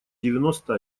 девяносто